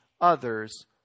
others